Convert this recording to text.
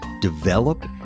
develop